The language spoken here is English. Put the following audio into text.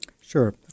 Sure